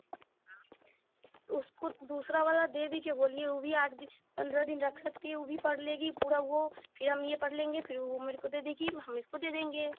उसको दूसरा वाला दे दीजिए बोलिए वह भी आठ दिन पंद्रह दिन रख सकती वह वह भी पढ़ लेगी थोड़ा वह फिर हम यह पढ़ लेंगे फिर वह मेरे को दे देगी हम इसको दे देंगे